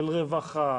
של רווחה,